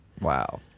Wow